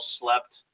slept